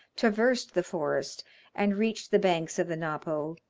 traversed the forest and reached the banks of the napo,